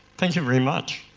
thank you very much.